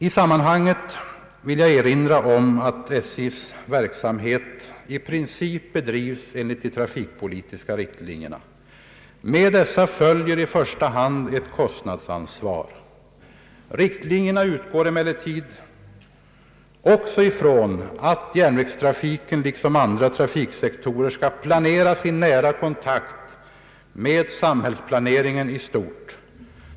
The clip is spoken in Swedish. I sammanhanget vill jag erinra om att SJ:s verksamhet i princip bedrivs enligt de trafikpolitiska riktlinjerna. Med dessa följer i första hand ett kostnadsansvar. Riktlinjerna utgår emellertid också ifrån att järnvägstrafiken liksom annan trafik skall planeras i nära kontakt med samhällsplaneringen i stort.